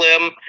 limb